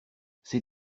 ces